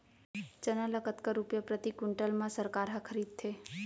चना ल कतका रुपिया प्रति क्विंटल म सरकार ह खरीदथे?